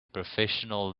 professional